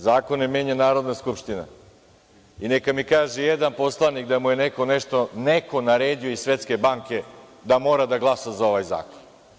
Zakone menja Narodna skupština, i neka mi kaže jedan poslanik da mu je neko nešto naredio iz Svetske banke, da mora da glasa za ovaj zakon.